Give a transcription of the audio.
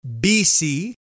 BC